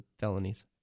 felonies